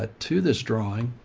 ah to this drawing.